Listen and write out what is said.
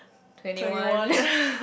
twenty one